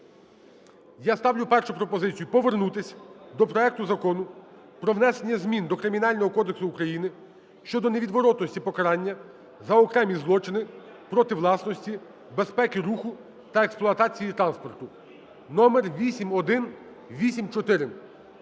Я ставлю першу пропозицію – повернутися до проекту Закону про внесення змін до Кримінального кодексу України щодо невідворотності покарання за окремі злочини проти власності, безпеки руху та експлуатації транспорту (№8184).